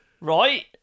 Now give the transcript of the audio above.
Right